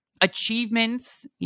achievements